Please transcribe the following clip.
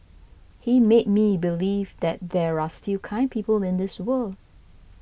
he made me believe that there are still kind people in this world